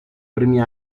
primi